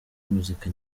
muzika